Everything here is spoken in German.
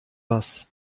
was